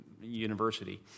University